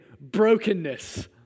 brokenness